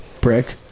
Brick